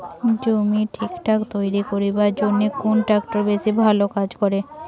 জমি ঠিকঠাক তৈরি করিবার জইন্যে কুন ট্রাক্টর বেশি ভালো কাজ করে?